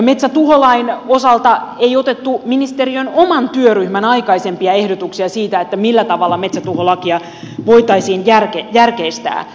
metsätuholain osalta ei otettu huomioon ministeriön oman työryhmän aikaisempia ehdotuksia siitä millä tavalla metsätuholakia voitaisiin järkeistää